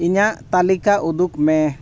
ᱤᱧᱟᱹᱜ ᱛᱟᱹᱞᱤᱠᱟ ᱩᱫᱩᱜᱽ ᱢᱮ